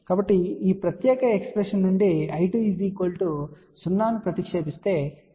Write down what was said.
కాబట్టి ఈ ప్రత్యేక ఎక్స్ప్రెషన్ నుండి I2 0 ను ప్రతిక్షేపిస్తే C ను నిర్వచించవచ్చు